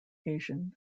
asian